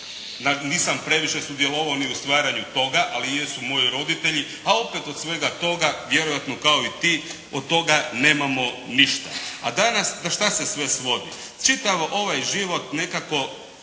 Nisam previše sudjelovao ni u stvaranju toga, ali jesu moji roditelji, a opet od svega toga, vjerojatno kao i ti, od toga nemamo ništa. A danas na što se sve svodi? Čitav ovaj život nekako,